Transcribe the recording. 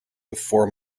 before